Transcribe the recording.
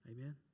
Amen